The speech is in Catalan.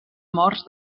morts